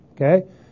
Okay